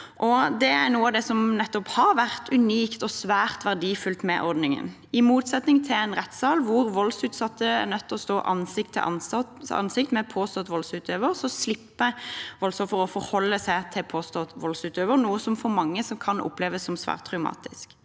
har vært unikt og svært verdifullt med ordningen. I motsetning til i en rettssal, hvor voldsutsatte er nødt til å stå ansikt til ansikt med påstått voldsutøver, slipper voldsofferet å forholde seg til påstått voldsutøver, noe som for mange kan oppleves som svært traumatisk.